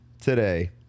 today